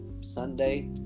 sunday